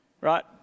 Right